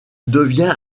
devient